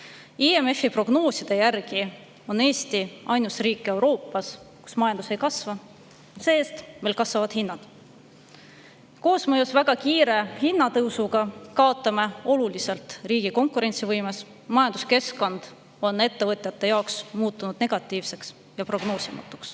IMF-i prognooside järgi on Eesti ainus riik Euroopas, kus majandus ei kasva, aga see-eest kasvavad meil hinnad. Koosmõjus väga kiire hinnatõusuga kaotame oluliselt riigi konkurentsivõimes, majanduskeskkond on ettevõtjate jaoks muutunud negatiivseks ja prognoosimatuks. Kahjuks